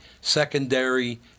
secondary